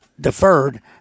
deferred